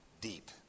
deep